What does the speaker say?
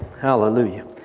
Hallelujah